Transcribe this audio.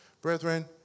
Brethren